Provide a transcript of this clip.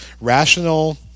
rational